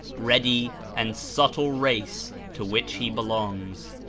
ready and subtle race to which he belongs.